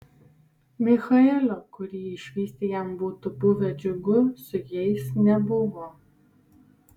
michaelio kurį išvysti jam būtų buvę džiugu su jais nebuvo